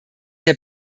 der